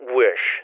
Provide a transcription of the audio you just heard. wish